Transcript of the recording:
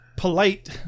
polite